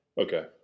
Okay